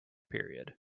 period